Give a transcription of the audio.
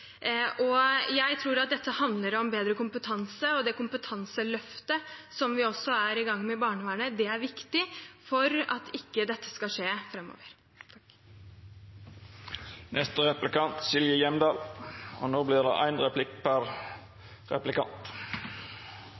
Jeg tror at dette handler om bedre kompetanse. Det kompetanseløftet som vi også er i gang med i barnevernet, er viktig for at ikke dette skal skje framover. Jeg vil selvfølgelig også benytte anledningen til å ønske statsråden velkommen til Norges viktigste og